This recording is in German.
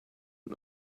und